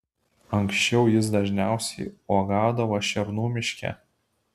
anksčiau jis dažniausiai uogaudavo šernų miške